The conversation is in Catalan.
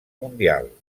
mundial